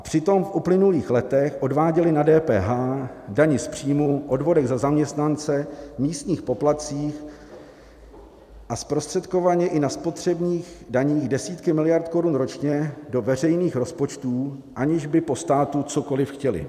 Přitom v uplynulých letech odváděli na DPH, dani z příjmu, odvodech za zaměstnance, místních poplatcích a zprostředkovaně i na spotřebních daních desítky miliard korun ročně do veřejných rozpočtů, aniž by po státu cokoliv chtěli.